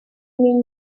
mean